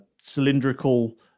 cylindrical